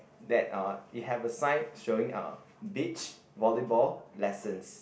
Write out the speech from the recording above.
that uh it have a sign showing uh beach volleyball lessons